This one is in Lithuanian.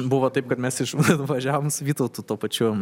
buvo taip kad mes išvažiavom su vytautu tuo pačiu